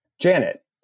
Janet